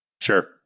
sure